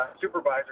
Supervisor